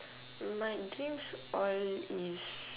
my dreams all is